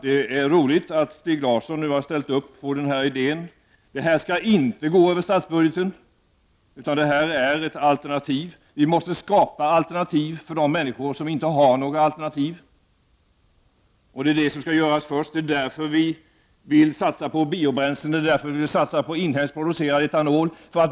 Det är roligt att Stig Larsson nu har ställt upp på den idén. Det här skall inte gå över statsbudgeten, utan det är en alternativ finansiering. Vi måste alltså skapa alternativ för de människor som inte har några alternativ. Det skall också göras först. Därför vill vi satsa på biobränslen och på inhemskt producerad etanol.